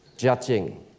Judging